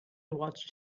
watched